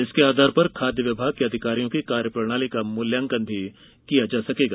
इसके आधार पर ही खाद्य विभाग के अधिकारियों की कार्य प्रणाली का मूल्यांकन भी किया जाएगा